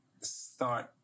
start